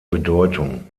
bedeutung